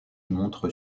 montre